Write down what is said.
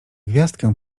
gwiazdkę